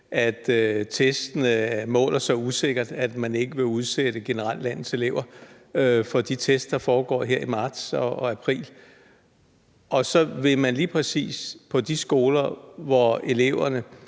at testene måler så usikkert, at man ikke vil udsætte landets elever generelt for de test, der foregår her i marts og april. Men lige præcis på de skoler, hvor eleverne